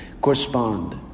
Correspond